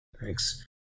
Thanks